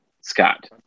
Scott